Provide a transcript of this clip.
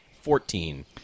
Fourteen